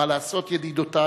מה לעשות, ידידותי,